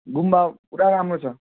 गुम्बा पुरा राम्रो छ